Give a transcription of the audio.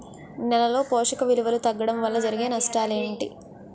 నేలలో పోషక విలువలు తగ్గడం వల్ల జరిగే నష్టాలేంటి?